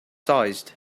seized